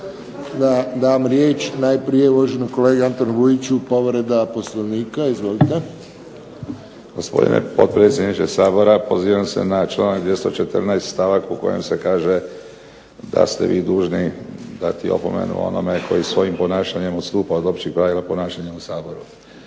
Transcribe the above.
da dam riječ najprije uvaženom kolegi Antunu Vujiću, povreda Poslovnika. Izvolite. **Vujić, Antun (SDP)** Gospodine potpredsjedniče Sabora, pozivam se na članak 214. stavak u kojem se kaže da ste vi dužni dati opomenu onome koji svojim ponašanjem odstupa od općih pravila ponašanja u Saboru.